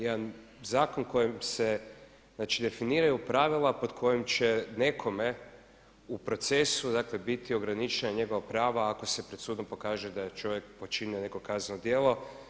Jedan zakon kojim se, znači definiraju pravila pod kojim će nekome u procesu dakle biti ograničena njegova prava ako se pred sudom pokaže da je čovjek počinio neko kazneno djelo.